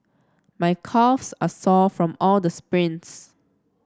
my calves are sore from all the sprints